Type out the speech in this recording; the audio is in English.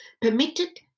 permitted